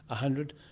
ah hundred,